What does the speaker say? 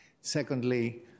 Secondly